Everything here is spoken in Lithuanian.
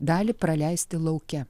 dalį praleisti lauke